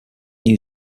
new